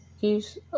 gives